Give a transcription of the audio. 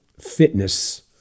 fitness